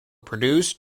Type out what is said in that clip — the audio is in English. produced